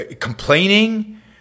complaining